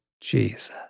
Jesus